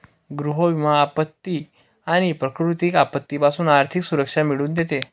गृह विमा आपत्ती आणि प्राकृतिक आपत्तीपासून आर्थिक सुरक्षा मिळवून देते